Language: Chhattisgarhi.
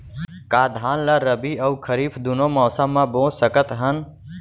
का धान ला रबि अऊ खरीफ दूनो मौसम मा बो सकत हन?